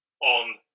on